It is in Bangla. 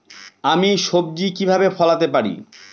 আমি সবজি কিভাবে ফলাতে পারি?